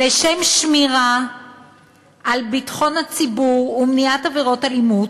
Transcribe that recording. "לשם שמירה על ביטחון הציבור ומניעת עבירות אלימות,